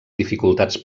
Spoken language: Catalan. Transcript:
dificultats